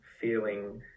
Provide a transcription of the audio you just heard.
feeling